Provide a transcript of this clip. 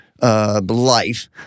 life—